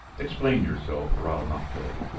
explain yourself, or i will not go.